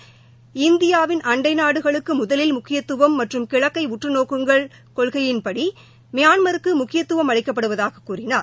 இந்தியாவின் அண்டை நாடு முதலில் மற்றும் கிழக்கை உற்றநோக்குங்கள் கொள்கைகளின்படி மியான்மருக்கு முக்கியத்துவம் அளிக்கப்படுவதாக கூறினார்